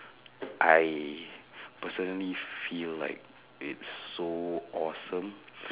I personally feel like it's so awesome